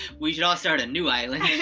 we should all start a new island.